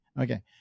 Okay